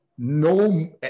No